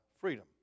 freedom